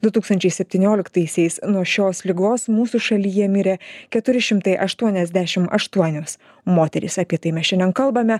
du tūktančiai septynioliktaisiais nuo šios ligos mūsų šalyje mirė keturi šimtai aštuoniasdešim aštuonios moterys apie tai mes šiandien kalbame